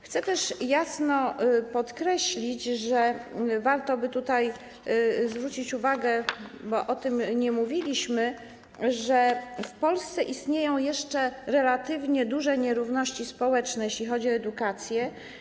Chcę też jasno podkreślić, że warto by tutaj zwrócić uwagę, bo o tym nie mówiliśmy, że w Polsce istnieją jeszcze relatywnie duże nierówności społeczne, jeśli chodzi o edukację.